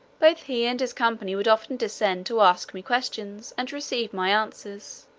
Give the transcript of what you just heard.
both he and his company would often descend to ask me questions, and receive my answers.